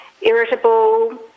irritable